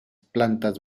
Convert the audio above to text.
plantas